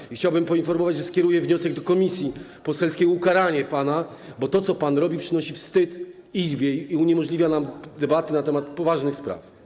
I chciałbym poinformować, że skieruję wniosek do Komisji Etyki Poselskiej o ukaranie pana, bo to, co pan robi, przynosi wstyd Izbie i uniemożliwia nam debatę na temat poważnych spraw.